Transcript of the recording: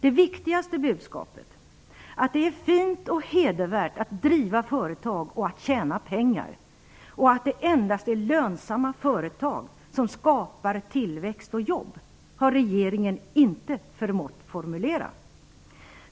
Det viktigaste budskapet, att det är fint och hedervärt att driva företag och tjäna pengar och att det endast är lönsamma företag som skapar tillväxt och jobb, har regeringen tyvärr inte förmått att formulera.